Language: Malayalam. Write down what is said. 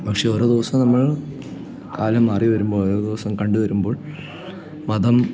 പക്ഷേ ഓരോ ദിവസം നമ്മൾ കാലം മാറിവരുമ്പോൾ ഓരോ ദിവസം കണ്ട് വരുമ്പോൾ മതം